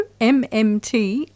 MMT